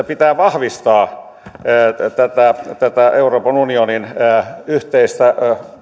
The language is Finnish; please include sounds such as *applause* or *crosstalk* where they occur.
*unintelligible* pitää vahvistaa tätä tätä euroopan unionin yhteistä